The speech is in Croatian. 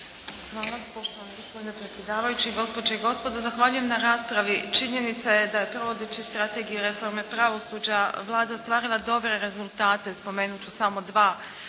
Hvala. Poštovani gospodine predsjedavajući, gospođe i gospodo. Zahvaljujem na raspravi. Činjenica je da provodeći strategije reforme pravosuđa Vlada je ostvarila dobre rezultate. Spomenut ću samo dva.